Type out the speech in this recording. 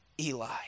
Eli